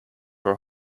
her